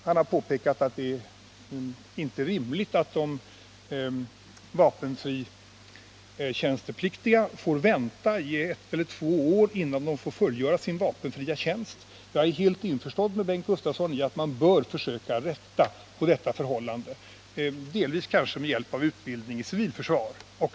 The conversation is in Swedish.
Han har påpekat att det inte är rimligt att de vapenfritjänstepliktiga får vänta i ett eller två år innan de får fullgöra sin vapenfria tjänst. Jag är helt ense med Bengt Gustavsson om att man bör försöka rätta till detta förhållande, delvis kanske med hjälp av utbildning i civilförsvar.